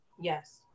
Yes